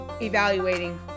evaluating